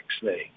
snake